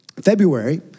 February